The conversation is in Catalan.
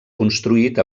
construït